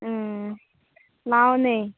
ꯎꯝ ꯂꯥꯛꯑꯣꯅꯦ